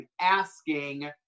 asking